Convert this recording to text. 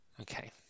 Okay